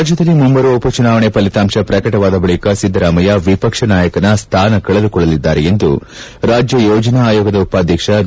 ರಾಜ್ಞದಲ್ಲಿ ಮುಂಬರುವ ಉಪ ಚುನಾವಣೆ ಫಲಿತಾಂಶ ಪ್ರಕಟವಾದ ಬಳಿಕ ಸಿದ್ದರಾಮಯ್ಯ ವಿಪಕ್ಷ ನಾಯಕರ ಸ್ಥಾನ ಕಳೆದುಕೊಳ್ಳಲಿದ್ದಾರೆ ಎಂದು ರಾಜ್ಯ ಯೋಜನಾ ಆಯೋಗದ ಉಪಾಧ್ಯಕ್ಷ ಬಿ